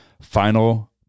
Final